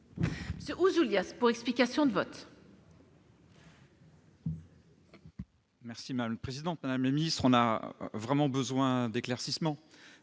Ouzoulias, pour explication de vote.